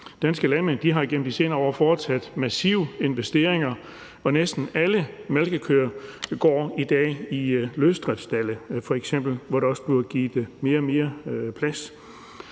Danske landmænd har gennem de senere år foretaget massive investeringer, og næsten alle malkekøer går i dag i løsdriftsstalde f.eks., hvor der også bliver givet mere og mere plads.